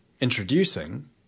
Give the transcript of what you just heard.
Introducing